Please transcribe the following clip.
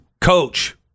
coach